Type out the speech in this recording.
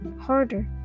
harder